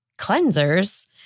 cleansers